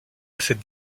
cette